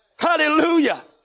Hallelujah